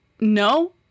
no